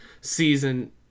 season